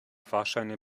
fahrscheine